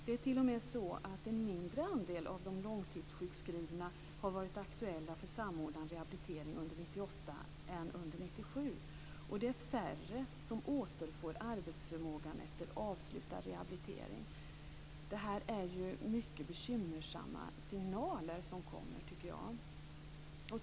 Det är t.o.m. en mindre andel av de långtidssjukskrivna som har varit aktuella för en samordnad rehabilitering under 1998 än under 1997, och det är färre som återfår arbetsförmågan efter avslutad rehabilitering. Det här är mycket bekymmersamma signaler.